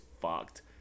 fucked